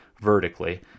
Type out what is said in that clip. vertically